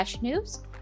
news